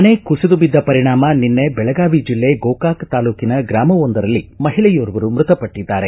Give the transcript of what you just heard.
ಮನೆ ಕುಸಿದುಬಿದ್ದ ಪರಿಣಾಮ ನಿನ್ನೆ ಬೆಳಗಾವಿ ಜಿಲ್ಲೆ ಗೋಕಾಕ ತಾಲೂಟನ ಗ್ರಾಮವೊಂದರಲ್ಲಿ ಮಹಿಳೆಯೋರ್ವರು ಮೃತಪಟ್ಟದ್ದಾರೆ